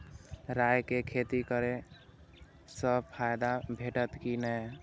राय के खेती करे स फायदा भेटत की नै?